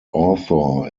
author